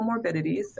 comorbidities